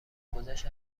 گذشت